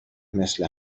مثل